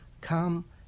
come